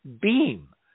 beam